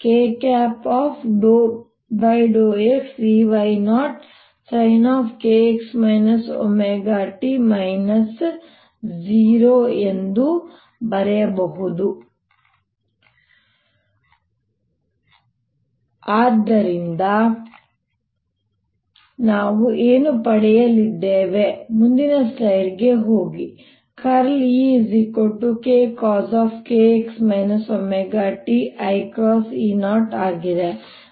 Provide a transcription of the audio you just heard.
Ei×0j0 ∂xEz0sin kx ωt k∂xEy0sin kx ωt 0kcoskx ωt jEz0kEy0kcoskx ωt iEy0jEz0kkcoskx ωt iE0 ಆದ್ದರಿಂದ ನಾವು ಏನು ಪಡೆದುಕೊಂಡಿದ್ದೇವೆ ಮುಂದಿನ ಸ್ಲೈಡ್ ಗೆ ಹೋಗಿ Ekcoskx ωt iE0 ಆಗಿದೆ